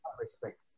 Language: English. respect